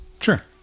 Sure